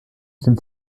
sind